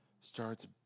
starts